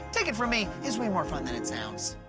take it from me, is way more fun than it sounds.